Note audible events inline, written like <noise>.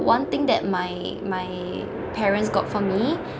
one thing that my my <noise> parents got for me